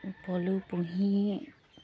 পলু পুহি